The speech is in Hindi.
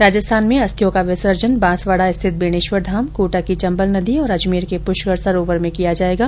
राजस्थान में अस्थियों का विसर्जन बांसवाडा स्थित बेणेश्वर धाम कोटा की चम्बल नदी और अजमेर के पूष्कर सरोवर में किया जायेगा